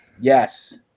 Yes